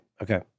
okay